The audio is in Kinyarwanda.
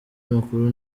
makuru